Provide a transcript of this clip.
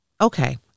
Okay